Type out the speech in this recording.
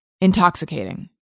Intoxicating